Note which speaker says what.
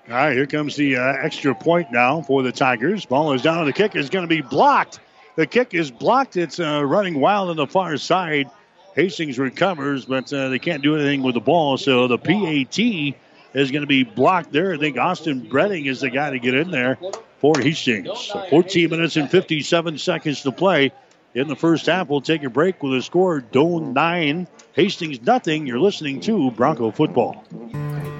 Speaker 1: All right, here comes the, uh, extra point now for the Tigers. Ball is down. The kick is gonna be blocked. The kick is blocked. It's, uh, running wild on the far side. Hastings recovers, but, uh, they can't do anything with the ball. So the PAT is gonna be blocked there. I think Austin Breding is the guy to get in there for Hastings. 14 minutes and 57 seconds to play in the first half. We'll take a break with a score. Doan nine, Hastings 0. You're listening to Bronco Football.